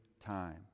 time